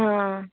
आं